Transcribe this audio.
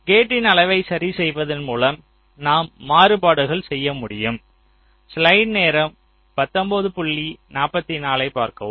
கேட்டின் அளவை சரிசெய்வதன் மூலம் நாம் மாறுபாடுகள் செய்யமுடியும்